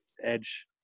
edge